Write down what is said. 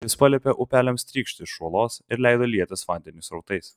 jis paliepė upeliams trykšti iš uolos ir leido lietis vandeniui srautais